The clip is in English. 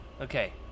Okay